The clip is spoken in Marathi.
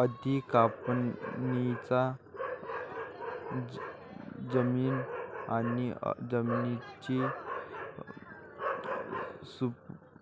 अति कापणीचा जमीन आणि जमिनीची